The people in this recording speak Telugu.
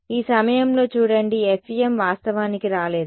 ఈ సమయంలో చూడండి FEM వాస్తవానికి రాలేదు